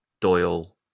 Doyle